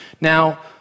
Now